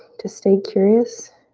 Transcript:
to stay curious,